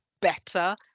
better